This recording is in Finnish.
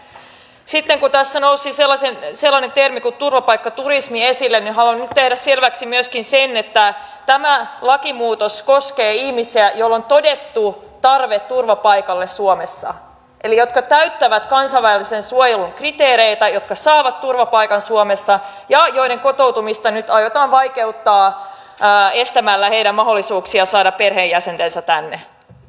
sitten kun tässä nousi sellainen termi kuin turvapaikkaturismi esille niin haluan nyt tehdä selväksi myöskin sen että tämä lakimuutos koskee ihmisiä joilla on todettu tarve turvapaikalle suomessa jotka täyttävät kansainvälisen suojelun kriteerit ja jotka saavat turvapaikan suomessa ja joiden kotoutumista nyt aiotaan vaikeuttaa estämällä heidän mahdollisuuksiaan saada perheenjäsenensä tänne ne